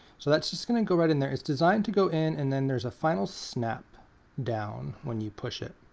so that's just going to go right in there. it's designed to go in, and then there's a final snap down when you push it.